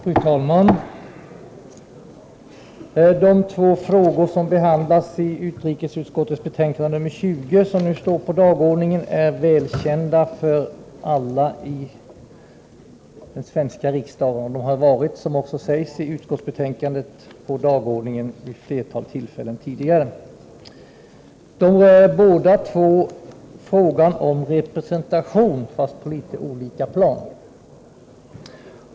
Fru talman! De två frågor som behandlas i utrikesutskottets förevarande betänkande nr 20 är välkända för alla riksdagens ledamöter. Ärendena har, som också framhålls i betänkandet, stått på dagordningen vid ett flertal tillfällen tidigare. Båda gäller frågan om representation, fastän på litet olika plan.